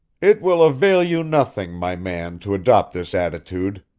it will avail you nothing, my man, to adopt this attitude,